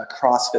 CrossFit